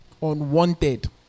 unwanted